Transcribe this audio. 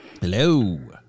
hello